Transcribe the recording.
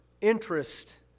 interest